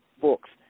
books